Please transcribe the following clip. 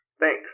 Thanks